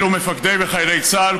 אלו מפקדי וחיילי צה"ל,